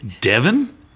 Devon